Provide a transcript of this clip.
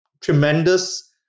tremendous